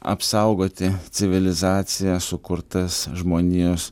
apsaugoti civilizacija sukurtas žmonijos